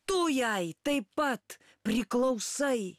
tu jai taip pat priklausai